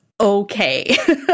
okay